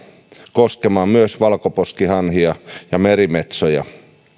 koskemaan myös valkoposkihanhia ja merimetsoja